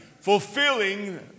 Fulfilling